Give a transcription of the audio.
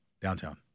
downtown